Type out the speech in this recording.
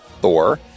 Thor